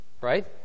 Right